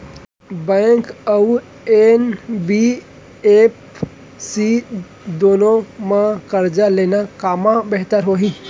Bank अऊ NBFC दूनो मा करजा लेना कामा बेहतर होही?